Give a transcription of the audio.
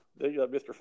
Mr